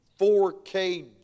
4K